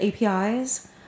APIs